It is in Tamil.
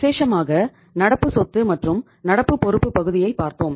விசேஷமாக நடப்பு சொத்து மற்றும் நடப்பு பொறுப்பு பகுதியைப் பார்த்தோம்